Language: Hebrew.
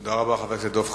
תודה רבה, חבר הכנסת דב חנין.